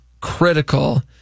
critical